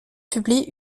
publie